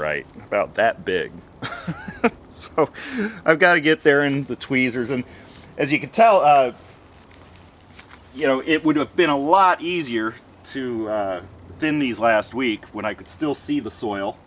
right about that big so i've got to get there in the tweezers and as you can tell you know it would have been a lot easier to do in these last week when i could still see the soil